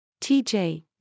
TJ